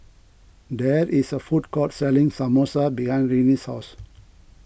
there is a food court selling Samosa behind Renee's house